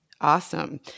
awesome